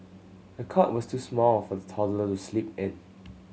the cot was too small for the toddler to sleep in